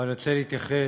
אבל אני רוצה להתייחס